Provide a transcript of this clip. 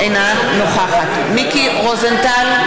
אינה נוכחת מיקי רוזנטל,